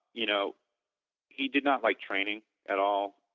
you know he did not like training at all.